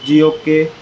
جی okay